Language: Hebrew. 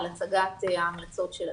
על הצגת ההמלצות של הדו"ח.